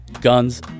guns